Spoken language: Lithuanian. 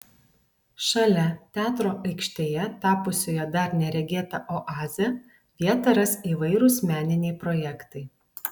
šalia teatro aikštėje tapusioje dar neregėta oaze vietą ras įvairūs meniniai projektai